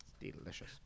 Delicious